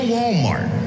Walmart